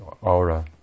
Aura